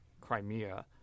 Crimea